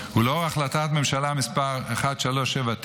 ולאור החלטת ממשלה מס' 1379,